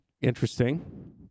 interesting